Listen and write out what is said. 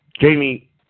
Jamie